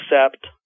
accept